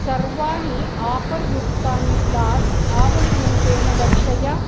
सर्वाणि आफ़र् युक्तानि फ़्लास्क् आवलीरूपेण दर्शय